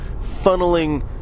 funneling